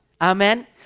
Amen